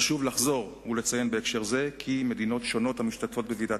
חשוב לחזור ולציין בהקשר זה כי מדינות שונות המשתתפות בוועידת